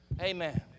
Amen